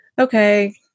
okay